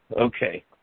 Okay